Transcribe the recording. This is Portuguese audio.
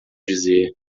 dizer